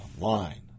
online